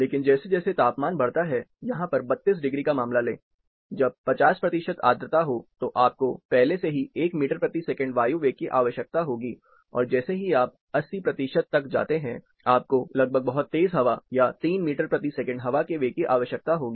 लेकिन जैसे जैसे तापमान बढ़ता है यहां पर 32 डिग्री का मामला ले जब 50 प्रतिशत आद्रता हो तो आपको पहले से ही 1 मीटर प्रति सेकंड वायु वेग की आवश्यकता होगी और जैसे ही आप 80 प्रतिशत तक जाते हैं आपको लगभग बहुत तेज हवा या 3 मीटर प्रति सेकंड हवा के वेग की आवश्यकता होगी